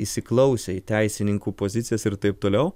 įsiklausę į teisininkų pozicijas ir taip toliau